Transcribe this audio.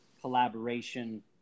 collaboration